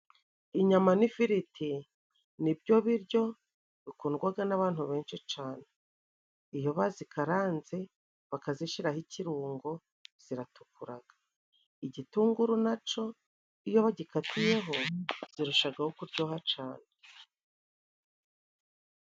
Inyama n'ifiriti ni nibyo biryo bikundwaga n'abantu benshi cane. Iyo bazikaranze，bakazishiraho ikirungo ziratukuraga， igitunguru naco iyo bagikatiyeho， zirushagaho kuryoha cane.